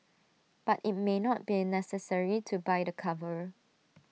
but IT may not been necessary to buy the cover